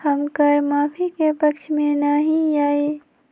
हम कर माफी के पक्ष में ना ही याउ